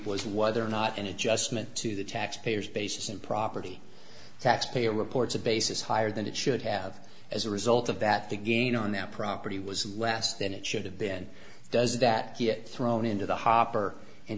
was whether or not an adjustment to the taxpayers basis in property tax payer reports a basis higher than it should have as a result of that the gain on that property was less than it should have been does that get thrown into the hopper in